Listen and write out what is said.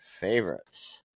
favorites